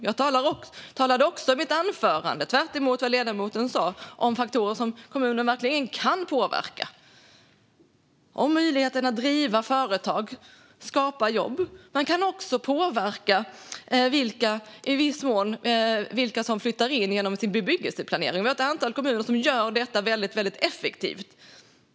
Tvärtemot vad ledamoten sa talade jag i mitt anförande om faktorer som kommuner verkligen kan påverka och om möjligheten att driva företag och skapa jobb. Man kan också i viss mån påverka vilka som flyttar in genom bebyggelseplanering. Vi har ett antal kommuner som gör detta väldigt effektivt.